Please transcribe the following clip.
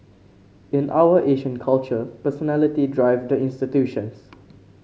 in our Asian culture personality drive the institutions